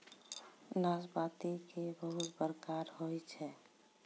नाशपाती के बहुत प्रकार होय छै